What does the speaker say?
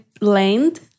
land